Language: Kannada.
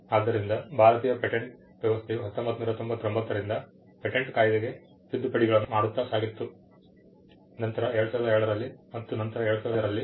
ಆದ್ದರಿಂದ ಭಾರತೀಯ ಪೇಟೆಂಟ್ ವ್ಯವಸ್ಥೆಯು 1999 ರಿಂದ ಪೇಟೆಂಟ್ ಕಾಯ್ದೆಗೆ ತಿದ್ದುಪಡಿಗಳನ್ನು ಮಾಡುತ್ತಾ ಸಾಗಿತು ನಂತರ 2002 ರಲ್ಲಿ ಮತ್ತು ನಂತರ 2005 ರಲ್ಲಿ